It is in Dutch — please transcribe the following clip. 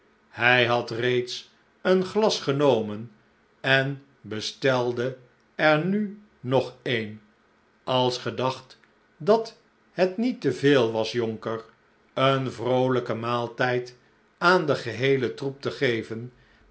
hi had reeds een glas genomen en bestelde er nu nog een als ge dacht dat het niet te veel was jonker een vroolijken maaltijd aan den geheelen troep te geven